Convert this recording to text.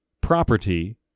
property